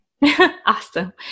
Awesome